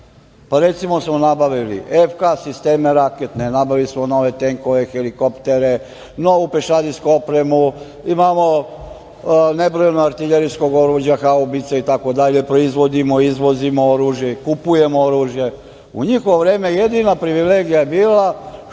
Recimo, nabavili smo FK sisteme raketne, nabavili smo nove tenkove, helikoptere, novu pešadijsku opremu, imamo nebrojano artiljerijskog oruđa, haubice itd, proizvodimo, izvodimo oružje, kupujemo oružje. U njihovo vreme jedina privilegija je bila